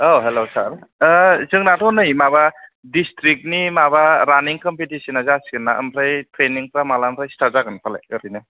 औ हेल' सार ओ जोंनाथ' नै माबा दिस्ट्रिक्टनि माबा रानिं कम्पिटिसोना जासिगोन ना ओमफ्राय बे ट्रेइनिंफ्रा माब्लानिफ्राय स्टार्ट जागोनफालाय ओरैनो